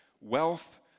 Wealth